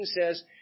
says